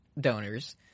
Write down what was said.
donors